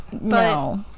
No